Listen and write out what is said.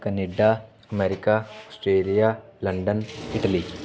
Canada America Australia London Italy